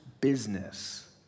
business